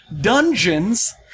Dungeons